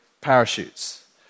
Parachutes